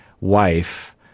wife